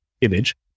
image